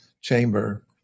chamber